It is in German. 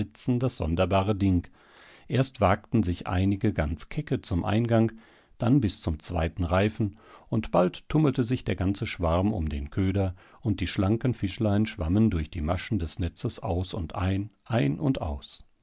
das sonderbare ding erst wagten sich einige ganz kecke zum eingang dann bis zum zweiten reifen und bald tummelte sich der ganze schwarm um den köder und die schlanken fischlein schwammen durch die maschen des netzes aus und ein ein und aus